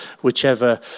whichever